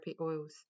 oils